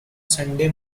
sunday